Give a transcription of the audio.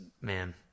man